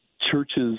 churches